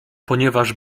ponieważ